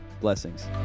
Blessings